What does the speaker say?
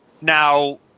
now